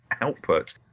output